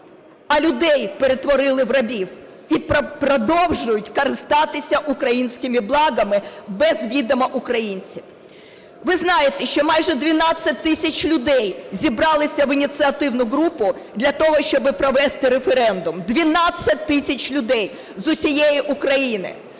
а людей перетворили в рабів і продовжують користуватися українськими благами без відома українців. Ви знаєте, що майже 12 тисяч людей зібралися в ініціативну групу для того, щоб провести референдум. 12 тисяч людей з усієї України.